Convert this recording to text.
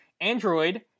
Android